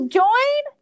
join